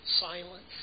silence